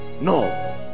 no